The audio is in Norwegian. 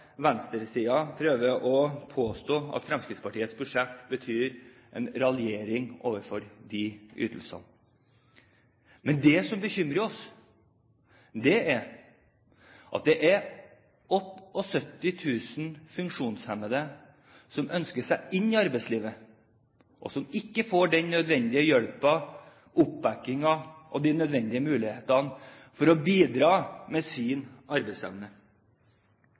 prøver å påstå, at Fremskrittspartiets budsjett betyr en raljering overfor de ytelsene. Men det som bekymrer oss, er at det er 78 000 funksjonshemmede som ønsker seg inn i arbeidslivet, og som ikke får den nødvendige hjelpen, oppbakkingen og de nødvendige mulighetene til å bidra med sin arbeidsevne.